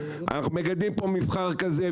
אנחנו מגדלים פה מבחר כזה,